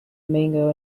mango